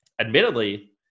admittedly